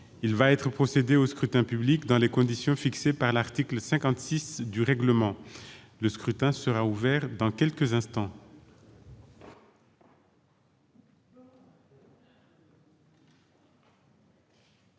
Il va être procédé au scrutin dans les conditions fixées par l'article 56 du règlement. Le scrutin est ouvert. Personne ne demande